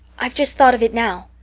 i've just thought of it now.